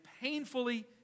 painfully